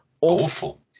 Awful